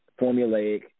formulaic